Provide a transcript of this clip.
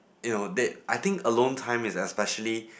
you know that I think alone time is especially